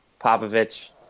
Popovich